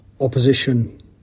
opposition